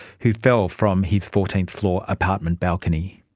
who fell from his fourteenth floor apartment balcony.